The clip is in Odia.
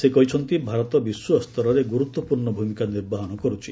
ସେ କହିଛନ୍ତି ଭାରତ ବିଶ୍ୱସ୍ତରରେ ଗୁରୁତ୍ୱପୂର୍ଣ୍ଣ ଭୂମିକା ନିର୍ବାହନ କରୁଛି